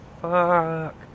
fuck